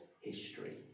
history